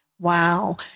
Wow